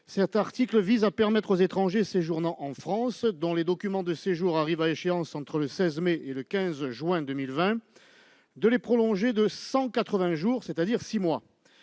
Cet article permet aux étrangers séjournant en France dont les documents de séjour arrivent à échéance entre le 16 mai et le 15 juin 2020 de les prolonger de 180 jours, soit six mois.